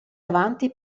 avanti